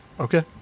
Okay